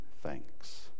thanks